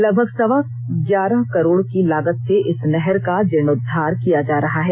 लगभग सवा ग्यारह करोड़ की लागत से इस नहर का जीर्णोद्वार किया जा रहा है